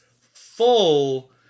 full